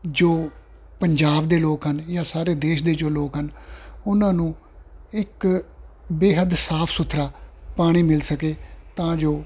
ਜੋ ਪੰਜਾਬ ਦੇ ਲੋਕ ਹਨ ਜਾਂ ਸਾਰੇ ਦੇਸ਼ ਦੇ ਜੋ ਲੋਕ ਹਨ ਉਹਨਾਂ ਨੂੰ ਇੱਕ ਬੇਹੱਦ ਸਾਫ਼ ਸੁਥਰਾ ਪਾਣੀ ਮਿਲ ਸਕੇ ਤਾਂ ਜੋ